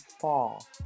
fall